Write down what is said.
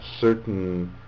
certain